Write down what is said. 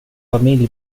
familj